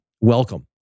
welcome